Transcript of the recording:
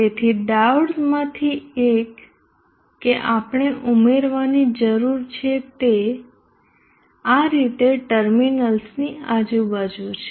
તેથી ડાયોડ્સમાંથી એક કે આપણે ઉમેરવાની જરૂર છે તે આ રીતે ટર્મિનલની આજુબાજુ છે